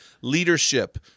leadership